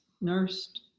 nursed